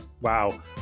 wow